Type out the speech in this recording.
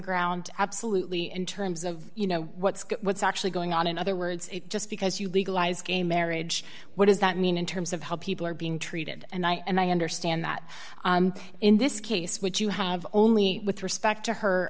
ground absolutely in terms of you know what's good what's actually going on in other words it just because you legalize gay marriage what does that mean in terms of how people are being treated and i understand that in this case which you have only with respect to her